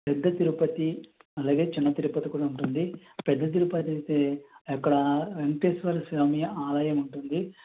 పెద్ద తిరుపతి అలాగే చిన్న తిరుపతి కూడా ఉంటుంది పెద్ద తిరుపతి అయితే అక్కడ వెంకటేశ్వర స్వామి ఆలయం ఉంటుంది